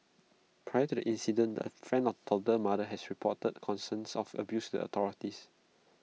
prior to the incident A friend of the toddler's mother has reported concerns of abuse the authorities